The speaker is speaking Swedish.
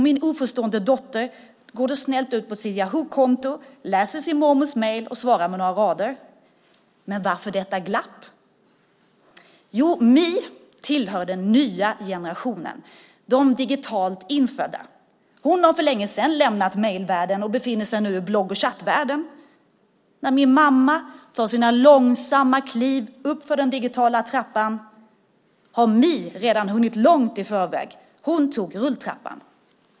Min oförstående dotter går då snällt ut på sitt Yahookonto, läser sin mormors mejl och svarar med några rader. Men varför detta glapp? Jo, Mi tillhör den nya generationen, de digitalt infödda. Hon har för länge sedan lämnat mejlvärlden och befinner sig nu i blogg och chattvärlden. När min mamma tar sina långsamma kliv uppför den digitala trappan har Mi redan hunnit långt i förväg. Hon tog rulltrappan.